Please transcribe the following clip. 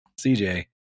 CJ